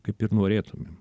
kaip ir norėtumėm